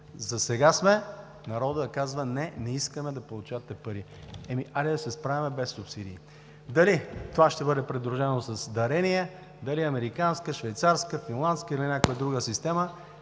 Засега народът казва: не, не искаме да получавате пари! Ами, хайде да се справяме без субсидии! Дали това ще бъде придружено с дарения, дали американска, швейцарска, финландска или някаква друга система,